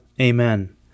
Amen